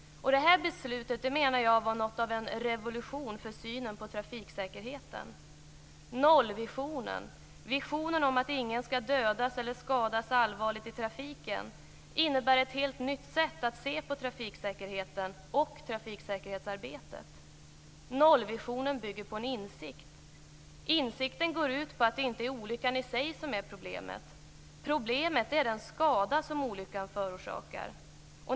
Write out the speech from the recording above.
Detta beslut menar jag var något av en revolution för synen på trafiksäkerheten. Nollvisionen, visionen om att ingen skall dödas eller skadas allvarligt i trafiken, innebär ett helt nytt sätt att se på trafiksäkerheten och trafiksäkerhetsarbetet. Nollvisionen bygger på en insikt. Insikten går ut på att det inte är olyckan i sig som är problemet. Problemet är den skada som olyckan förorsakar.